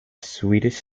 swedish